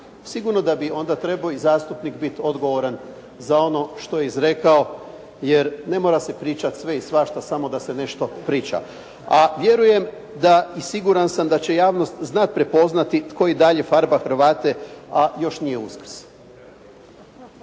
Sigurno da bi onda trebao i zastupnik biti odgovoran za ono što je izrekao, jer ne mora se pričati sve i svašta samo da se nešto priča. A vjerujem i siguran sam da će javnost znati prepoznati tko ih dalje farba Hrvate, a još nije Uskrs.